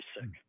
sick